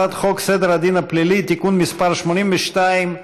הצעת חוק סדר הדין הפלילי (תיקון מס' 82)